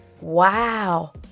wow